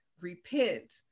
repent